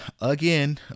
again